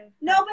No